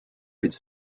could